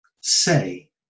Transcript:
say